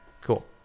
Cool